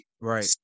right